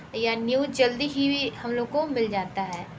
या न्यूज़ जल्दी ही हम लोग को मिल जाती है